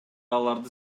аларды